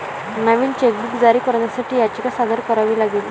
नवीन chequebook जारी करण्यासाठी याचिका सादर करावी लागेल